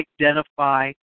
identify